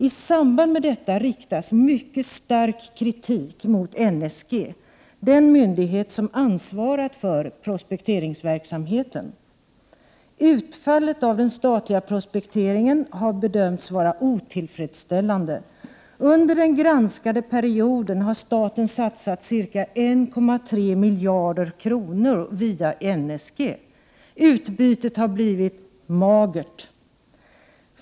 I samband med detta riktas mycket stark kritik mot nämnden för statens gruvegendom, NSG, den myndighet som ansvarat för prospekteringsverksamheten. Utfallet av den statliga prospekteringen har bedömts vara otillfredsställande. Under den granskade perioden har staten satsat ca 1,3 miljarder kronor via NSG. Utbytet har blivit magert.